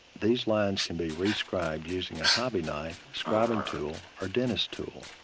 these lines can be re-scribed using a hobby knife, scribing tool, or dentist tool.